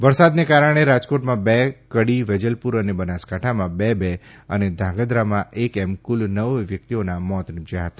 વરસાદને કારણે રાજકોટમાં બે કડી વેજલપુર અને બનાસકાંઠામાં બે બે અને ધ્રાંગધ્રામાં એક એમ કુલ નવ વ્યકિતઓના મોત નિપજયા હતા